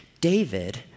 David